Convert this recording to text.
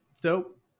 dope